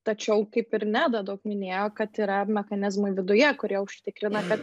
tačiau kaip ir neda daug minėjo kad yra mechanizmai viduje kurie tikrina kad